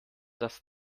das